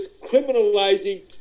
criminalizing